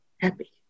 happy